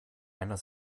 einer